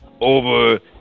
Over